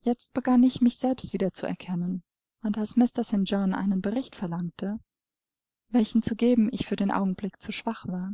jetzt begann ich mich selbst wieder zu erkennen und als mr st john einen bericht verlangte welchen zu geben ich für den augenblick zu schwach war